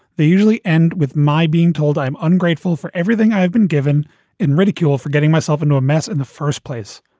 they usually end with my being told i'm ungrateful for everything i've been given in ridicule for getting myself into a mess in the first place.